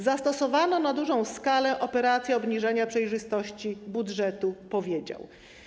Zastosowano na dużą skalę operację obniżenia przejrzystości budżetu” - powiedział.